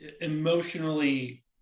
emotionally